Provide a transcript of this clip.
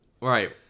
Right